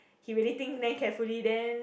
he really think damn carefully then